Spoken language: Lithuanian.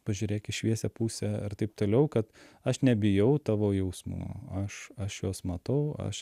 pažiūrėk į šviesią pusę ir taip toliau kad aš nebijau tavo jausmų aš aš juos matau aš